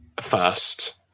first